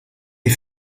est